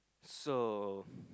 so